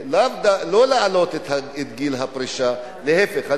שלא להעלות את גיל הפרישה, להיפך.